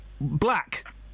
Black